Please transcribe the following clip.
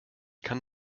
kann